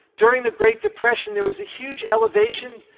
during the great depression, there was a huge elevation,